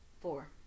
four